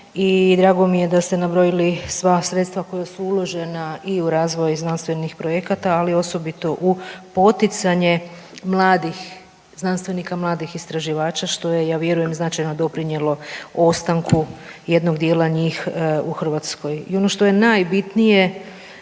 drago mi je da ste nabrojili sva sredstva koja su uložena i u razvoj znanstvenih projekata, ali osobito u poticanje mladih znanstvenika, mladih istraživača što je ja vjerujem značajno doprinijelo ostanku jednog dijela njih u Hrvatskoj.